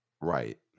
right